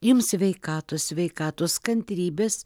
jums sveikatos sveikatos kantrybės